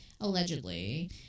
allegedly